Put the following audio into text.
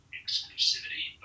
exclusivity